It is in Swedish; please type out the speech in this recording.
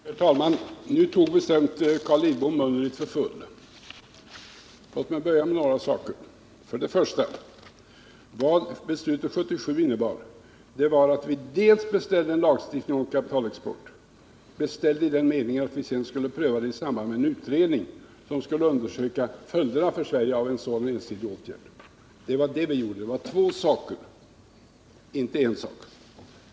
Herr talman! Nu tog bestämt Carl Lidbom munnen för full. Låt mig börja med några saker. Vad beslutet 1977 innebar var att vi beställde en lagstiftning mot kapitalexport, beställd i den meningen att vi senare skulle pröva lagstiftningen i samband med den utredning som skulle undersöka följderna för Sverige av en sådan ensidig åtgärd. Det var det vi gjorde. Det var två saker, inte en I sak.